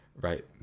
right